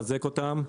לחזק אותן,